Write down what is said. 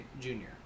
junior